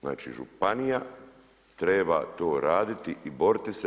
Znači županija treba to raditi i boriti se.